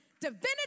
divinity